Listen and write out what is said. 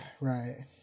Right